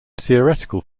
theoretical